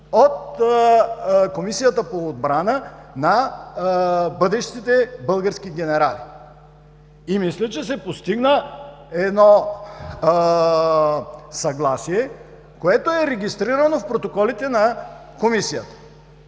от Комисията по отбрана на бъдещите български генерали. И мисля, че се постигна едно съгласие, което е регистрирано в протоколите на Комисията,